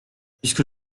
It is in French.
puisque